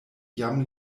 jam